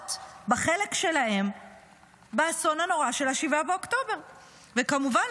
ולהודות בחלק שלהם באסון הנורא של 7 באוקטובר וכמובן,